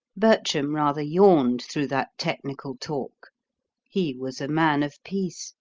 bertram rather yawned through that technical talk he was a man of peace,